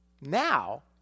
Now